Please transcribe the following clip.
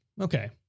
okay